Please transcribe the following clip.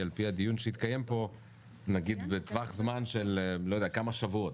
על פי הדיון שיתקיים פה נגיד בטווח זמן של כמה שבועות,